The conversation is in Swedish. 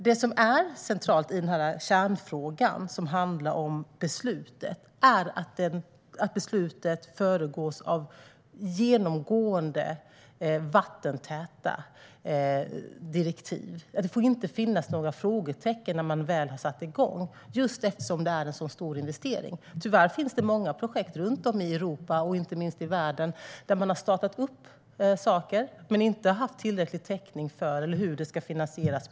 Det som dock är centralt i kärnfrågan är att beslutet ska föregås av genomgående vattentäta direktiv. Det får inte finnas några frågetecken när man väl har satt igång, just eftersom det är en så stor investering. Tyvärr finns det många projekt runt om i Europa och i världen där man har startat upp saker men inte haft tillräcklig täckning för hur det ska finansieras.